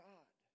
God